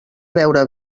beure